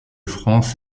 france